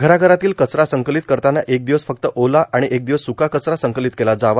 घरा घरातील कचरा संकलोंत करताना एक र्दिवस फक्त ओ ला आर्आण एक र्दिवस सुका कचरा संकलोत केला जावा